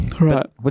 Right